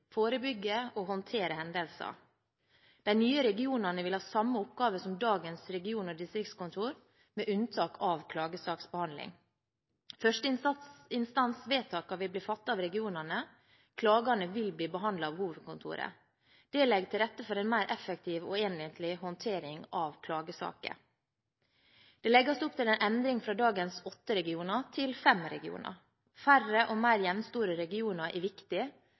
forebygge og håndtere hendelser. De nye regionene vil ha samme oppgaver som dagens region- og distriktskontor, med unntak av klagesaksbehandling. Førsteinstansvedtakene vil bli fattet av regionene. Klagene vil bli behandlet av hovedkontoret. Det legger til rette for en mer effektiv og enhetlig håndtering av klagesaker. Det legges opp til endring fra dagens åtte regioner til fem regioner. Færre og mer jevnstore regioner er